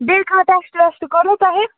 بیٚیہِ کانٛہہ ٹیسٹہٕ ویسٹہٕ کوٚروٕ تۄہہِ